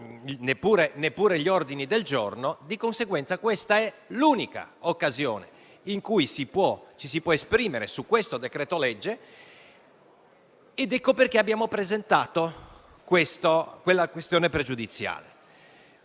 neppure gli ordini del giorno. Di conseguenza, questa è l'unica occasione in cui ci si può esprimere sul decreto-legge. Ecco perché abbiamo presentato la questione pregiudiziale.